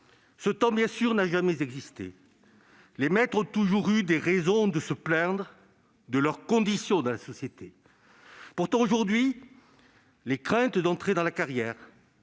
Ce temps, bien sûr, n'a jamais existé. Les maîtres ont toujours eu des raisons de se plaindre de leur condition au sein de la société. Aujourd'hui, les craintes d'entrer dans la carrière,